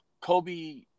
Kobe